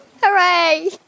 hooray